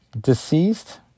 deceased